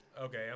Okay